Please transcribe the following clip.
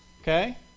Okay